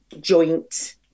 Joint